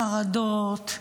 חרדות,